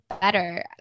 better